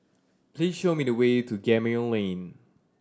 please show me the way to Gemmill Lane